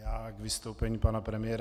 K vystoupení pana premiéra.